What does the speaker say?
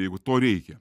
jeigu to reikia